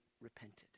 repented